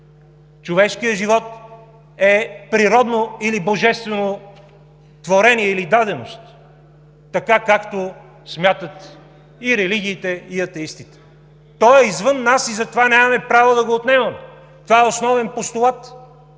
Човешкият живот е природно или божествено творение, или даденост, така както смятат и религиите, и атеистите. Той е извън нас и затова нямаме право да го отнемаме – това е основен постулат,